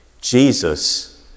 Jesus